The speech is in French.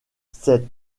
cet